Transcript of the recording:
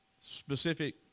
specific